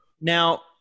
Now